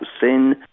sin